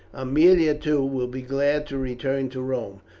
aemilia, too, will be glad to return to rome,